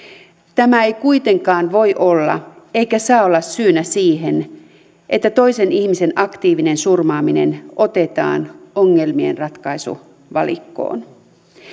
tämä ei kuitenkaan voi olla eikä saa olla syynä siihen että toisen ihmisen aktiivinen surmaaminen otetaan ongelmien ratkaisuvalikkoon